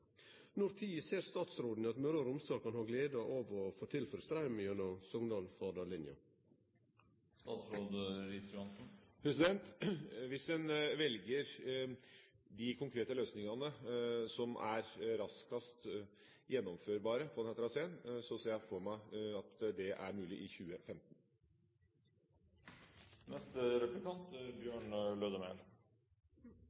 Når ser statsråden at Møre og Romsdal kan ha gleda av å få tilført straum gjennom Sogndal/Fardal-linja? Hvis en velger de konkrete løsningene som er raskest gjennomførbare på denne traseen, ser jeg for meg at det er mulig i 2015. Eit av dei områda som i dag er